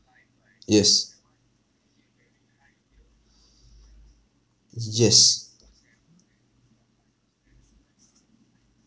yes y~ yes